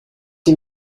die